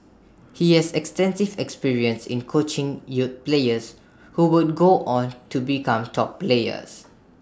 he has extensive experience in coaching youth players who would go on to become top players